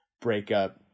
breakup